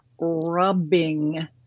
rubbing